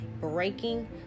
breaking